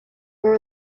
were